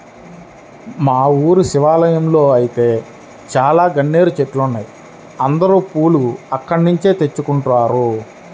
మా ఊరి శివాలయంలో ఐతే చాలా గన్నేరు చెట్లున్నాయ్, అందరూ పూలు అక్కడ్నుంచే తెచ్చుకుంటారు